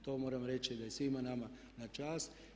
To moram reći da je svima nama na čast.